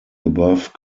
above